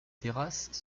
terrasses